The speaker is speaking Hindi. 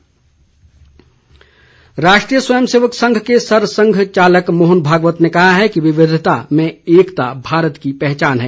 मोहन भागवत राष्ट्रीय स्वयं सेवक संघ के सरसंघ चालक मोहन भागवत ने कहा है कि विविधता में एकता भारत की पहचान है